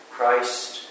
Christ